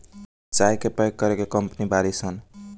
चाय के पैक करे के कंपनी बाड़ी सन